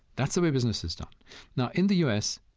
that's the way business is done now, in the u s,